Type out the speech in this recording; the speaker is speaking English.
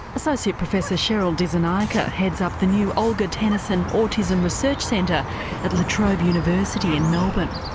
associate professor cheryl dissanayake heads up the new olga tennison autism research centre at la trobe university in melbourne.